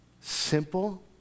Simple